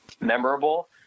memorable